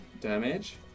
damage